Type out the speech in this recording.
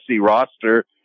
roster